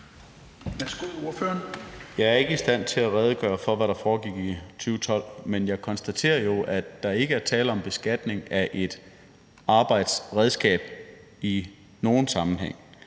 Jeg er ikke i stand til at redegøre for, hvad der foregik i 2012, men jeg konstaterer jo, at der ikke er tale om beskatning af et arbejdsredskab i nogen sammenhæng.